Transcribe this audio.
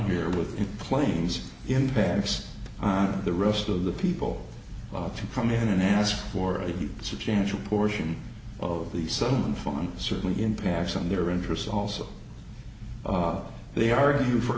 here with planes impacts on the rest of the people to come in and ask for a substantial portion of the settlement fine certainly impacts on their interests also they argue for